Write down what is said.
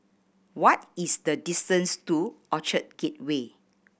what is the distance to Orchard Gateway